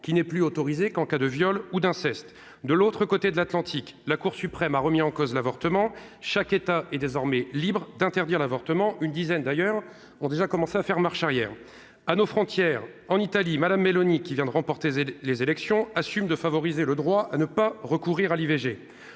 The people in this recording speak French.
qui n'est plus autorisé qu'en cas de viol ou d'inceste, de l'autre côté de l'Atlantique, la Cour suprême a remis en cause l'avortement, chaque État est désormais libre d'interdire l'avortement une dizaine d'ailleurs ont déjà commencé à faire marche arrière à nos frontières en Italie Madame Meloni, qui vient de remporter les élections assume de favoriser le droit à ne pas recourir à l'IVG,